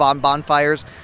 bonfires